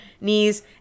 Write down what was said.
Knees